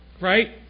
right